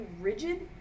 rigid